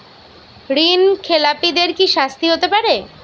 ঋণ খেলাপিদের কি শাস্তি হতে পারে?